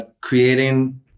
creating